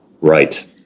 Right